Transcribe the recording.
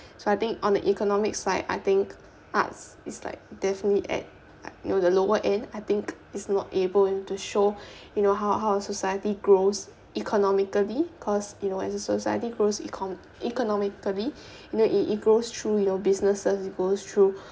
so I think on the economic side I think arts is like definitely at you know the lower end I think it's not able to show you know how how a society grows economically cause you know as society grows econ~ economically it it grows through you know businesses it grows through